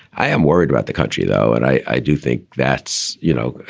i am worried about the country, though, and i do think that's, you know,